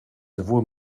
sowohl